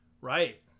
Right